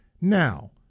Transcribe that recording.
Now